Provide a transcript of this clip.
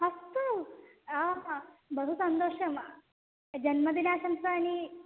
अस्तु बहु सन्तोषम् जन्मदिनाशंसानि